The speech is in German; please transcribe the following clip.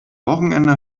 wochenende